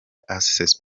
access